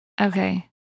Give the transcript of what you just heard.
Okay